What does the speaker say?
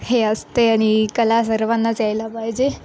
हे असते आणि कला सर्वांनाच यायला पाहिजे